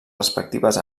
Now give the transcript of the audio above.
respectives